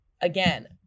Again